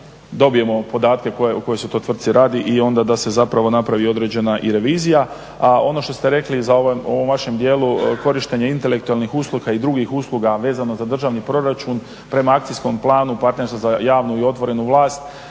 dobijemo podatke o kojoj se to tvrtci radi i onda da se zapravo napravi i određena revizija. A ono što ste rekli u ovom vašem dijelu korištenja intelektualnih usluga i drugih usluga vezano za državni proračun prema akcijskom planu partnerstva za javnu i otvorenu vlast